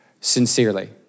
sincerely